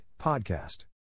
Podcast